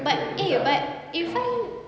but eh but irfan